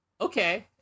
okay